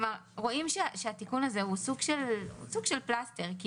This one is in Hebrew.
רואים שהתיקון הזה הוא סוג של פלסטר כי